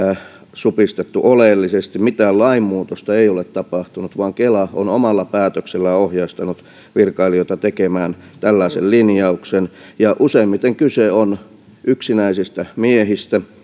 supistettu oleellisesti mitään lainmuutosta ei ole tapahtunut vaan kela on omalla päätöksellään ohjeistanut virkailijoita tekemään tällaisen linjauksen useimmiten kyse on yksinäisistä miehistä